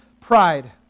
pride